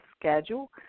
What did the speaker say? schedule